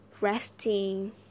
resting